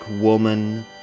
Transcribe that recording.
Woman